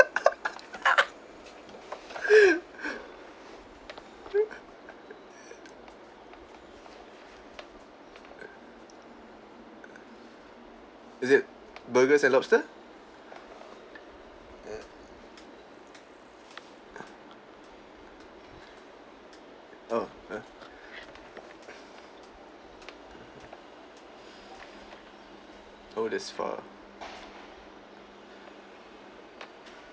is it burgers and lobster oh uh oh that's far